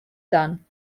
done